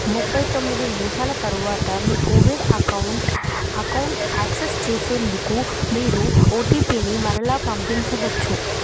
ముప్పై తొమ్మిది నిమిషాల తరువాత మీ కోవిడ్ అకౌంటు అకౌంటు యాక్సెస్ చేసేందుకు మీరు ఓటీపీని మరలా పంపించవచ్చు